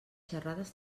xerrades